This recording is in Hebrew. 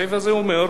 הסעיף הזה אומר: